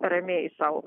ramiai sau